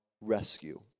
rescue